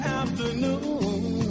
afternoon